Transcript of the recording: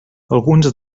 alguns